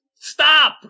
Stop